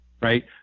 Right